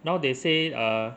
now they say err